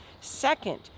Second